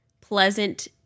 pleasant